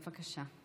בבקשה.